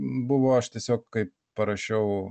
buvo aš tiesiog kai parašiau